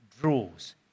draws